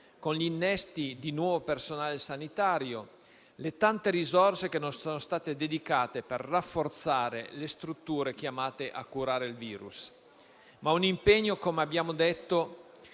con gli innesti di nuovo personale sanitario e le tante risorse che sono state dedicate per rafforzare le strutture chiamate a curare il virus. È un impegno - come abbiamo detto